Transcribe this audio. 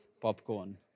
popcorn